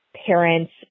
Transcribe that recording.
parents